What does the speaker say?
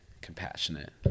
compassionate